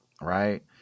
right